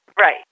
Right